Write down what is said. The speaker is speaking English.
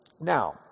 now